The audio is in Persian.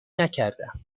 نکردم